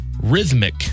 Rhythmic